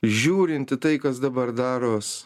žiūrint į tai kas dabar daros